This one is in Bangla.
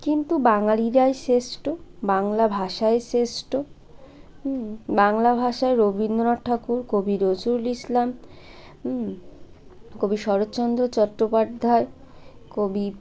কিন্তু বাঙালিরাই শ্রেষ্ঠ বাংলা ভাষাই শ্রেষ্ঠ হুম বাংলা ভাষায় রবীন্দ্রনাথ ঠাকুর কবি নজরুল ইসলাম হুম কবি শরৎচন্দ্র চট্টোপাধ্যায় কবি